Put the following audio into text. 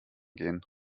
gehen